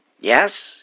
Yes